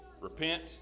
Repent